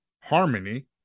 harmony